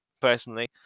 personally